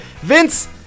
Vince